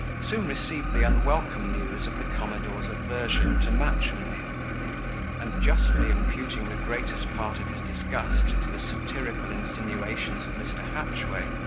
soon received the unwelcome news of the commodore's aversion to matrimony and justly imputing the greatest part of his disgust to the satirical insinuations of mr. hatchway,